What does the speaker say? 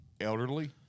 Elderly